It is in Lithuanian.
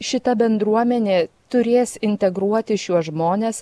šita bendruomenė turės integruoti šiuos žmones